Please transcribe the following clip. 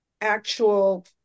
actual